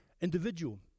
individual